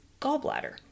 gallbladder